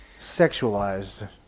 sexualized